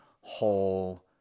whole